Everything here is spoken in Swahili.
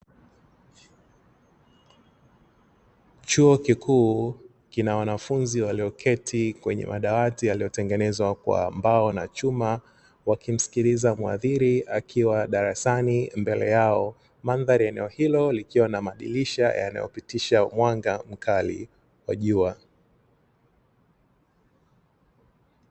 Chuo kikuu kina wanafunzi walioketi kwenye madawati yaliyotengenezwa kwa mbao na chuma, wakimsikiliza mhadhiri akiwa darasani mbele yao, mandhari ya eneo hilo likiwa na madirisha yanayopitisha mwanga mkali wa jua.